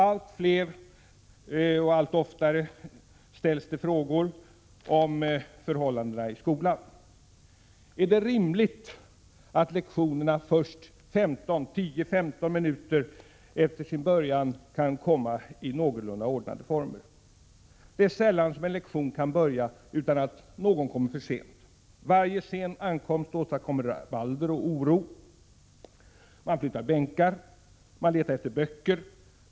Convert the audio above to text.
Allt oftare ställs frågor om förhållandena i skolan. Är det rimligt att lektionerna först 10, 15 minuter efter sin början kan komma i någorlunda ordnade former? Det är sällan en lektion kan börja utan att någon kommer för sent. Varje sen ankomst åstadkommer rabalder och oro. Man flyttar bänkar, man letar efter böcker.